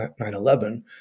9-11